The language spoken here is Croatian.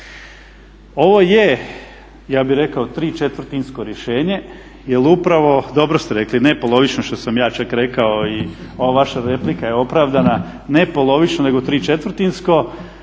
Ovo je ja bih rekao ¾-sko rješenje jer upravo dobro ste rekli, ne polovično što sam ja čak rekao i ova vaša replika je opravdana, ne polovično nego ¾-sko